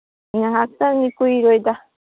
ꯉꯥꯏꯍꯥꯛꯇꯪꯅꯤ ꯀꯨꯏꯔꯣꯏꯗ